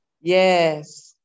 Yes